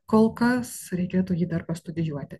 kol kas reikėtų jį dar pastudijuoti